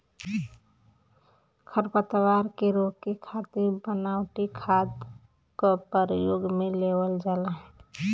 खरपतवार के रोके खातिर बनावटी खाद क परयोग में लेवल जाला